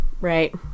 Right